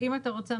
אם אתה רוצה,